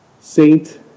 Saint